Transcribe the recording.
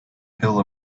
kill